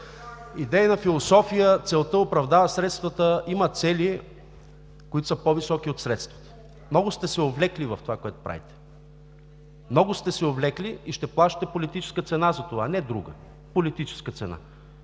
идейна философия целта оправдава средствата, има цели, които са по-високи от средствата. Много сте се увлекли в това, което правите. Много сте се увлекли и ще плащате политическа цена за това – не друга, политическа цена!